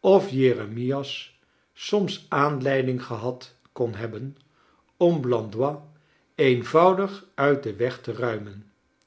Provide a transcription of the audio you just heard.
of jeremias soms aan leiding gehad kon hebben om blandois eenvoudig uit den weg te ruimen